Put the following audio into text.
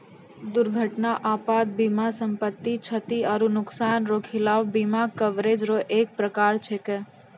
दुर्घटना आपात बीमा सम्पति, क्षति आरो नुकसान रो खिलाफ बीमा कवरेज रो एक परकार छैकै